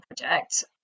project